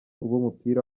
b’umupira